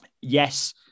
Yes